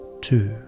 Two